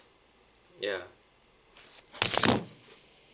ya